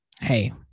Hey